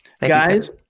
guys